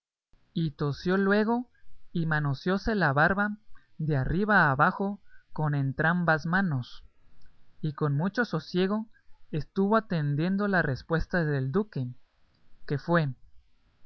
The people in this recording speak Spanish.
y tosió luego y manoseóse la barba de arriba abajo con entrambas manos y con mucho sosiego estuvo atendiendo la respuesta del duque que fue